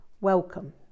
Welcome